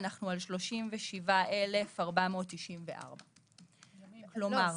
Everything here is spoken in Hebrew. אנחנו על 37,494. לא,